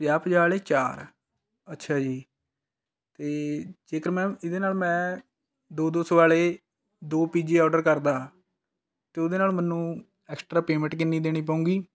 ਪੰਜਾਹ ਪੰਜਾਹ ਵਾਲੇ ਚਾਰ ਅੱਛਾ ਜੀ ਅਤੇ ਜੇਕਰ ਮੈਮ ਇਹਦੇ ਨਾਲ ਮੈਂ ਦੋ ਦੋ ਸੌ ਵਾਲੇ ਦੋ ਪੀਜ਼ੇ ਔਰਡਰ ਕਰਦਾ ਅਤੇ ਉਹਦੇ ਨਾਲ ਮੈਨੂੰ ਐਕਸਟਰਾ ਪੈਮੈਂਟ ਕਿੰਨੀ ਦੇਣੀ ਪਵੇਗੀ